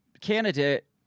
candidate